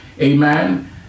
Amen